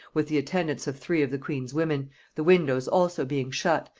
with the attendance of three of the queen's women the windows also being shut,